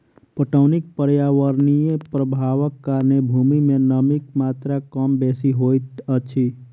पटौनीक पर्यावरणीय प्रभावक कारणेँ भूमि मे नमीक मात्रा कम बेसी होइत अछि